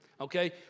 Okay